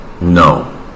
no